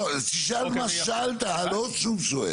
לא, תשאל מה ששאלת, לא שוב שואל.